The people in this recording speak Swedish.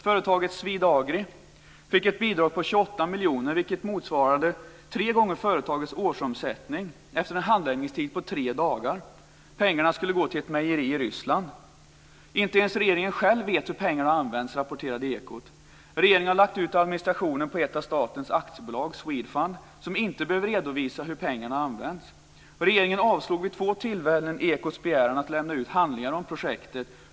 Företaget Swedagri fick ett bidrag på 28 miljoner, vilket motsvarade tre gånger företagets årsomsättning, efter en handläggningstid på tre dagar. Pengarna skulle gå till ett mejeri i Ryssland. Inte ens regeringen själv vet hur pengarna använts, rapporterade ekot. Regeringen har lagt ut administrationen på ett av statens aktiebolag, Swedfund, som inte behöver redovisa hur pengarna har använts. Regeringen avslog vid två tillfällen ekots begäran att lämna ut handlingar om projektet.